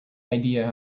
idea